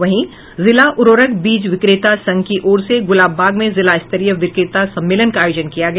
वहीं जिला उर्वरक बीज विक्रेता संघ की ओर से गुलाबबाग में जिला स्तरीय विक्रेता सम्मेलन का आयोजन किया गया